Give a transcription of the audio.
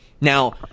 Now